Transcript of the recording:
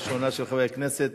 חברת הכנסת